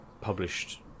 published